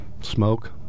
smoke